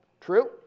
True